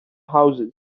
houses